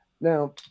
Now